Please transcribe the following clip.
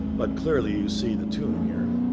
but clearly, you see the tomb here.